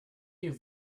you